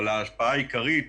אבל ההשפעה העיקרית